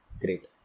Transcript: Great